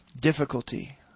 difficulty